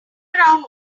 around